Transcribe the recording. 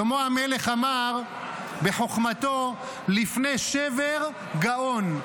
שלמה המלך אמר בחוכמתו: "לפני שבר גאון,